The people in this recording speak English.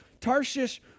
Tarshish